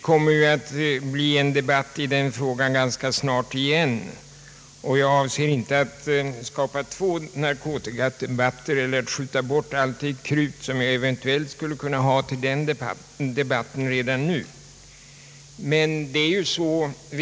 Ganska snart blir det ju en särskild debatt i frågan, och jag avser inte att skapa två narkotikadebatter eller att redan nu skjuta bort allt det krut som jag eventuellt skulle kunna ha till den kommande debatten.